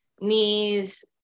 knees